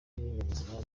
n’ibinyabuzima